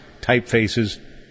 typefaces